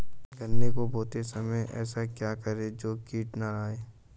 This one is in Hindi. गन्ने को बोते समय ऐसा क्या करें जो कीट न आयें?